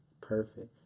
Perfect